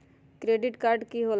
Credit card की होला?